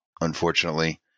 unfortunately